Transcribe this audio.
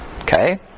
Okay